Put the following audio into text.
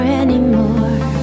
anymore